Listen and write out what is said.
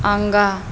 आगाँ